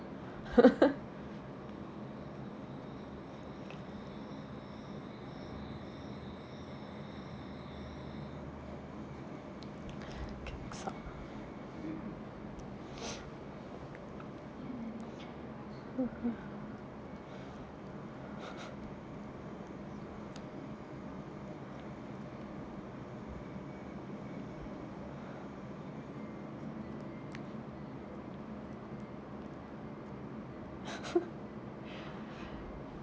mmhmm